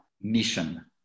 mission